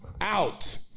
out